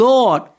Lord